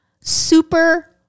super